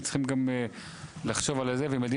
הם צריכים גם לחשוב על הילדים